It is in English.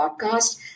podcast